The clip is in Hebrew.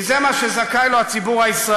כי זה מה שזכאי לו הציבור הישראלי: